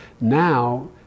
now